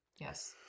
Yes